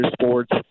sports